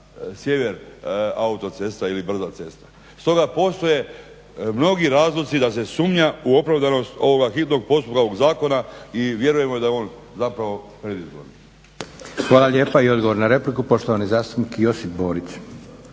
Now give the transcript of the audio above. sjever autocesta ili brza cesta. Stoga postoje mnogi razlozi da se sumnja u opravdanost ovog hitnog postupka ovog zakona i vjerujemo da je on zapravo predizborni. **Leko, Josip (SDP)** Hvala lijepa. I odgovor na repliku, poštovani zastupnik Josip Borić.